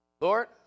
Lord